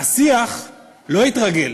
השיח לא התרגל.